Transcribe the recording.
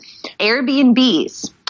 Airbnbs